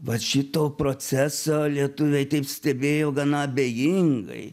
vat šito proceso lietuviai taip stebėjo gana abejingai